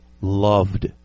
loved